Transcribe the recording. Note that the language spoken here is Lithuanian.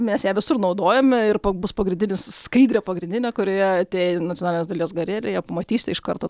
mes ją visur naudojame ir bus pagrindinis skaidrė pagrindinė kurioje atėję į nacionalinės dailės galeriją pamatysite iš karto